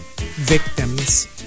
victims